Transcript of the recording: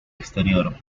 exterior